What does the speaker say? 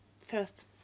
first